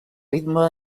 ritme